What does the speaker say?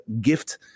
gift